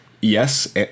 Yes